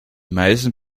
meisten